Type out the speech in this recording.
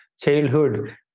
childhood